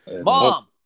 Mom